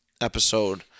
episode